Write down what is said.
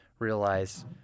realize